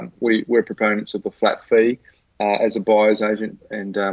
we were proponents of a flat fee as a buyer's agent. and